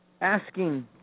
asking